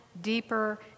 deeper